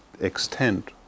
extent